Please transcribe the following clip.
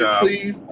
please